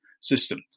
system